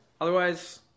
Otherwise